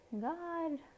God